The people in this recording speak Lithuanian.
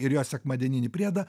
ir jo sekmadieninį priedą